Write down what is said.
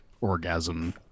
orgasm